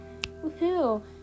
Woohoo